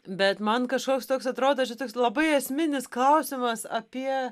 bet man kažkoks toks atrodo čia toks labai esminis klausimas apie